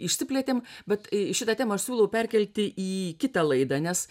išsiplėtėm bet šitą temą aš siūlau perkelti į kitą laidą nes